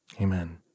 Amen